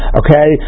okay